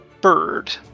bird